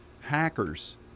hackers